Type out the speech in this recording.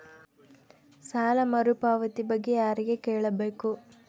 ಸಾಲ ಮರುಪಾವತಿ ಬಗ್ಗೆ ಯಾರಿಗೆ ಕೇಳಬೇಕು?